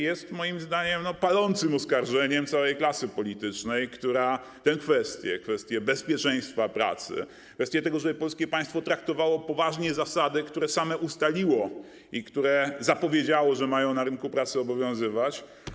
Jest on moim zdaniem palącym oskarżeniem całej klasy politycznej, która tę kwestię, kwestię bezpieczeństwa pracy, kwestię tego, żeby polskie państwo traktowało poważnie zasady, które samo ustaliło, i zapowiedziało, że mają one na rynku pracy obowiązywać.